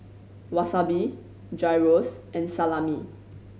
Wasabi Gyros and Salami